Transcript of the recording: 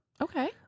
okay